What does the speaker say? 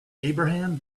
abraham